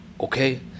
okay